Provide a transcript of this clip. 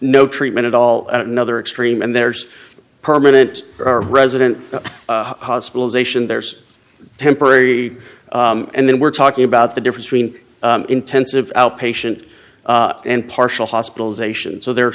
no treatment at all at another extreme and there's permanent resident hospitalization there's temporary and then we're talking about the difference between intensive outpatient and partial hospitalization so they're